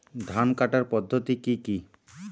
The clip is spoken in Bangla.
ধান কাটার পদ্ধতি কি কি?